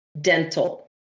Dental